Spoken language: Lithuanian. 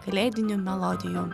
kalėdinių melodijų